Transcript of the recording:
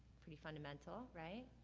pretty fundamental, right?